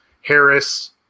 Harris